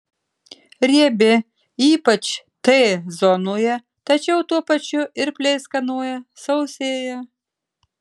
riebi ypač t zonoje tačiau tuo pačiu ir pleiskanoja sausėja